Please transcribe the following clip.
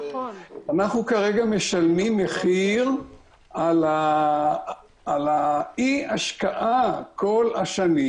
אנחנו כרגע משלמים מחיר על אי השקעה כל השנים,